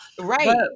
right